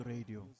Radio